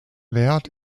wert